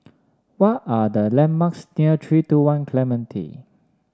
what are the landmarks near three two One Clementi